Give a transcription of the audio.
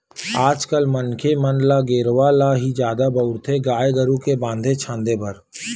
आज कल मनखे मन ल गेरवा ल ही जादा बउरथे गाय गरु के बांधे छांदे बर